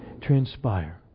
transpire